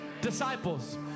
disciples